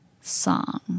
song